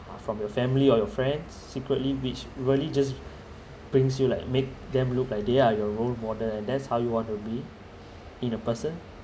from your family or your friends secretly which really just brings you like make them look like they are your role model and that's how you want to be in a person